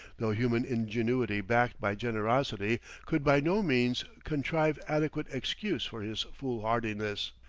though human ingenuity backed by generosity could by no means contrive adequate excuse for his foolhardiness.